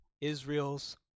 Israel's